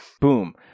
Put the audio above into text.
boom